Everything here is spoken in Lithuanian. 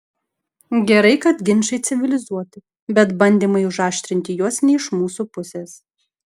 gerai kad ginčai civilizuoti bet bandymai užaštrinti juos ne iš mūsų pusės